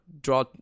draw